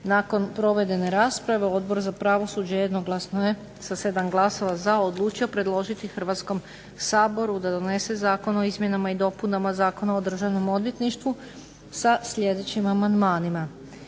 Nakon provedene raspravi Odbor za pravosuđe jednoglasno je sa 7 glasova za odlučio predložiti Hrvatskom saboru da donese Zakon o izmjenama i dopunama Zakona o Državnom odvjetništvu sa sljedećim amandmanima.